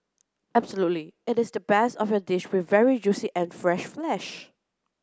absolutely it is the best of your dish with very juicy and fresh flesh